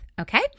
okay